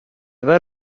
were